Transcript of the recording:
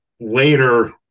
later